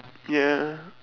ya